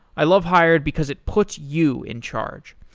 i love hired because it puts you in charge.